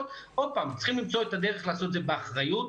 צריכים למצוא את הדרך לעשות את זה באחריות,